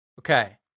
Okay